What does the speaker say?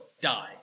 die